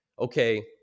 okay